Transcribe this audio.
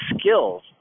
skills